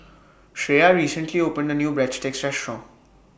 Shreya recently opened A New Breadsticks Restaurant